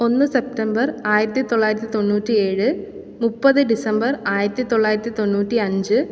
ഒന്ന് സെപ്റ്റംബർ ആയിരത്തി തൊള്ളായിരത്തി തൊണ്ണൂറ്റി ഏഴ് മുപ്പത് ഡിസംബർ ആയിരത്തി തൊള്ളായിരത്തി തൊണ്ണൂറ്റി അഞ്ച്